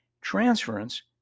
Transference